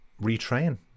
retrain